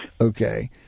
Okay